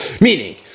Meaning